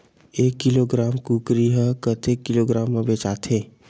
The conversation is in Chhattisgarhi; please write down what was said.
एक किलोग्राम कुकरी ह कतेक किलोग्राम म बेचाथे?